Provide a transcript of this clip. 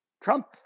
Trump